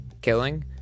killing